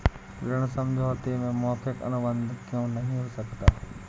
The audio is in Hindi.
ऋण समझौते में मौखिक अनुबंध क्यों नहीं हो सकता?